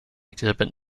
exhibit